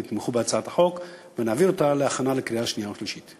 אם תתמכו בהצעת החוק ונעביר אותה להכנה לקריאה שנייה ושלישית.